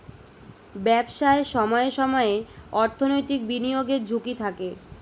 ব্যবসায় সময়ে সময়ে অর্থনৈতিক বিনিয়োগের ঝুঁকি থাকে